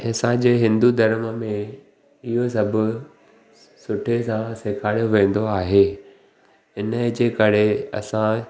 असांजे हिंदू धर्म में इहो सभु सुठे सां सेखारियो वेंदो आहे हिनजे करे असां